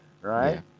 Right